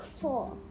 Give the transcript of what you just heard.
four